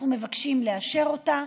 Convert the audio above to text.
אנחנו מבקשים לאשר אותה.